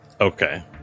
Okay